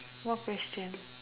what question